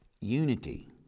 Unity